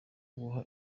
guha